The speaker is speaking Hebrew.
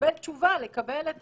לקבל תשובה, לקבל את